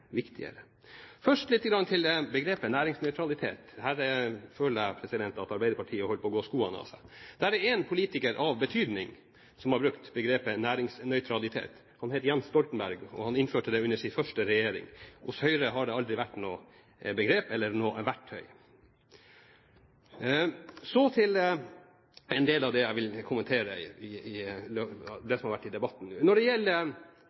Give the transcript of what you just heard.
viktigere. Først litt til begrepet «næringsnøytralitet». Her føler jeg at Arbeiderpartiet holder på å gå skoene av seg. Det er én politiker av betydning som har brukt begrepet «næringsnøytralitet». Han heter Jens Stoltenberg, og han innførte det under sin første regjering. Hos Høyre har det aldri vært noe begrep eller noe verktøy. Så til en del av det jeg vil kommentere til debatten. Når det gjelder